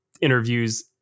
interviews